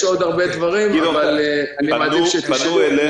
יש עוד הרבה דברים אבל אני מעדיף שתשאלו.